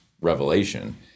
revelation